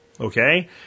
Okay